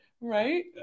right